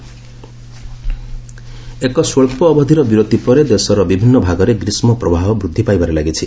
hit wave ଏକ ସ୍ୱଚ୍ଚ ଅବଧିର ବିରତି ପରେ ଦେଶର ବିଭିନ୍ନ ଭାଗରେ ଗ୍ରୀଷ୍କପ୍ରବାହ ବୃଦ୍ଧି ପାଇବାରେ ଲାଗିଛି